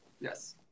Yes